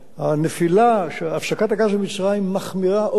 הפסקת הגז ממצרים מחמירה עוד יותר את הבעיה.